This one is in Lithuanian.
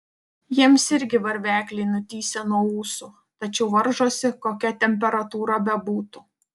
jiems irgi varvekliai nutįsę nuo ūsų tačiau varžosi kokia temperatūra bebūtų